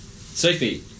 Sophie